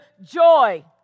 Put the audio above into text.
joy